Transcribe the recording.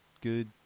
good